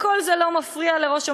וכל זה לא מפריע לראש הממשלה,